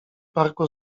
parku